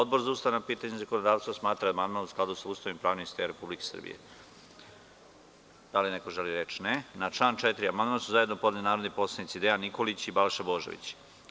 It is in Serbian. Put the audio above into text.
Odbor za ustavna pitanja i zakonodavstvo smatra da je amandman u skladu sa Ustavom i pravnim sistemom Republike Srbije Da li neko želi reč? (Ne) Na član 4. amandman su zajedno podneli narodni poslanici Dejan Nikolić i Balša Božović.